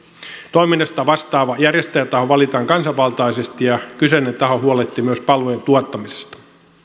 toiminnasta vastaava järjestäjätaho valitaan kansanvaltaisesti ja kyseinen taho huolehtii myös palvelujen tuottamisesta